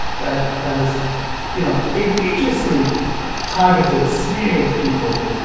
that ah that is you know egregiously targeted, smeared people,